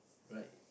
right